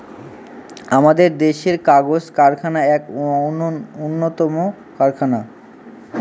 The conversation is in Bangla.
আমাদের দেশের কাগজ কারখানা এক উন্নতম কারখানা